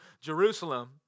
Jerusalem